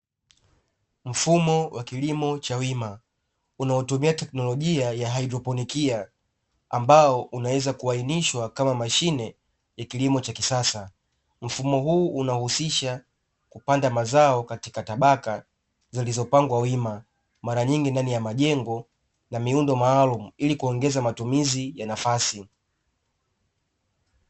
Mfumo wa kilimo cha wima unaotumia teknolojia ya hydroponikia ambao unaweza kuainishwa kama machine ya kilimo cha kisasa mfumo huu unahusisha kupanda mazao katika tabaka zilizopangwa wima mara nyingi ndani ya majengo na miundo maalum ili kuongeza matumizi ya nafasi.